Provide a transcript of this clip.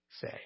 say